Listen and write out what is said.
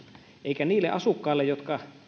eikä niille asukkaille jotka